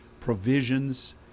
provisions